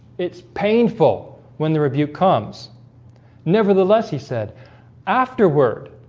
it's painful when the review comes nevertheless he said afterward